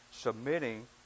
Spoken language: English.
submitting